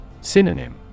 Synonym